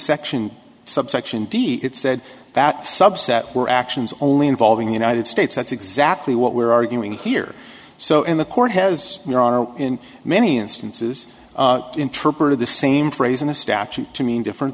section subsection d it's said that subset were actions only involving the united states that's exactly what we're arguing here so in the court has your honor in many instances interpreted the same phrase in the statute to mean different